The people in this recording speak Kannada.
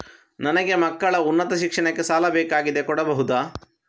ನನಗೆ ಮಕ್ಕಳ ಉನ್ನತ ಶಿಕ್ಷಣಕ್ಕೆ ಸಾಲ ಬೇಕಾಗಿದೆ ಕೊಡಬಹುದ?